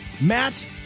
Matt